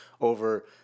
over